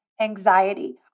anxiety